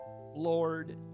Lord